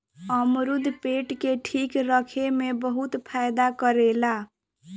अमरुद पेट के ठीक रखे में बहुते फायदा करेला